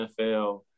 NFL